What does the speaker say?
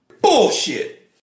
bullshit